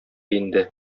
инде